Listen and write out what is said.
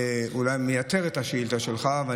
אולי מייתר את השאילתה שלך, לא.